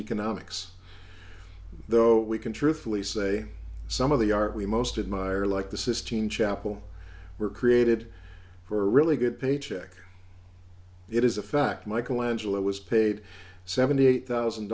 economics though we can truthfully say some of the art we most admire like the sistine chapel were created for really good paycheck it is a fact michelangelo was paid seventy eight thousand